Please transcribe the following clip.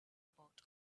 about